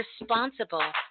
responsible